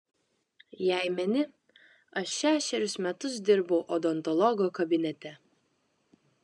jei meni aš šešerius metus dirbau odontologo kabinete